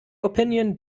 opinion